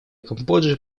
камбоджа